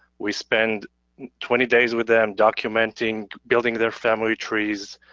we spent twenty days with them documenting, building their family trees.